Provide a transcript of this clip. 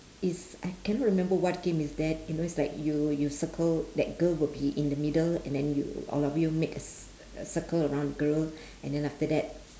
is I cannot remember what game is that you know it's like you you circle that girl will be in the middle and then you all of you makes a circle around the girl and then after that